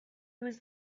was